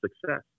success